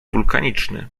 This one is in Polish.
wulkaniczny